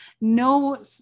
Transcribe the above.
no